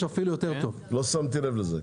לא שמתי לב לזה.